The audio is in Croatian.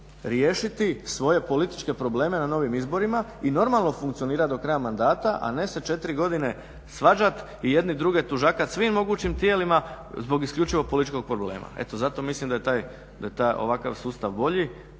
riješiti svoje političke probleme na novim izborima i normalno funkcionirati do kraja mandata, a ne se četiri godine svađati i jedni druge tužakati svim mogućim tijelima zbog isključivo političkog problema. Eto, zato mislim da je taj, ovakav sustav bolji,